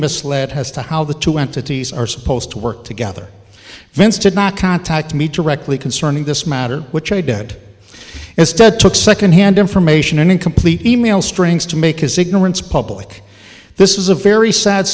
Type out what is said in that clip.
misled has to how the two entities are supposed to work together vince did not contact me directly concerning this matter which i did instead took secondhand information an incomplete e mail strings to make his ignorance public this is a very sad